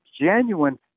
genuine